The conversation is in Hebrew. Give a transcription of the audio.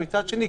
ומצד שני,